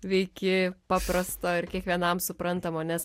veiki paprasto ir kiekvienam suprantamo nes